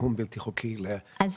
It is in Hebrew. זיהום בלתי חוקי לאקוויפרים,